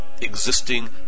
Existing